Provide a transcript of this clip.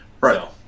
Right